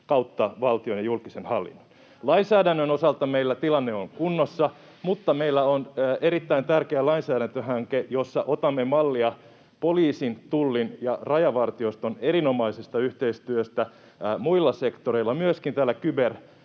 kautta valtion ja julkisen hallinnon. Lainsäädännön osalta meillä tilanne on kunnossa, mutta meillä on erittäin tärkeä lainsäädäntöhanke, jossa otamme mallia poliisin, Tullin ja Rajavartioston erinomaisesta yhteistyöstä muilla sektoreilla, myöskin täällä